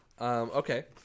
okay